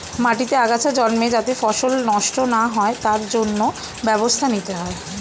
মাটিতে আগাছা জন্মে যাতে ফসল নষ্ট না হয় তার জন্য ব্যবস্থা নিতে হয়